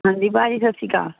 ਹਾਂਜੀ ਭਾਅ ਜੀ ਸਤਿ ਸ਼੍ਰੀ ਅਕਾਲ